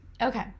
Okay